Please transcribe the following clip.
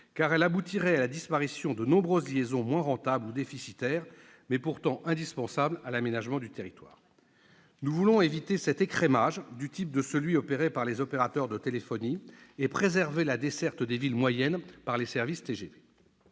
car elle aboutirait à la disparition de nombreuses liaisons, moins rentables ou déficitaires, mais pourtant indispensables à l'aménagement du territoire. Nous voulons éviter un tel écrémage, du type de celui qui est opéré par les opérateurs de téléphonie, et préserver la desserte des villes moyennes par les services TGV.